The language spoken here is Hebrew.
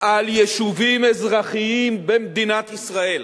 על יישובים אזרחיים במדינת ישראל,